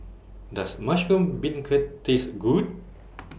Does Mushroom Beancurd Taste Good